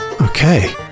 Okay